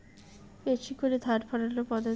বেশি করে ধান ফলানোর পদ্ধতি?